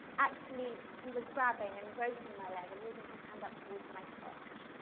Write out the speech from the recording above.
actually, he was grabbing and groping my leg and moving his hand up towards my crotch.